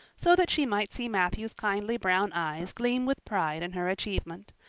so that she might see matthew's kindly brown eyes gleam with pride in her achievement.